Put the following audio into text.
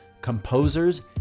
composers